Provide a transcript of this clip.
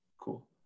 cool